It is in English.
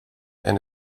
and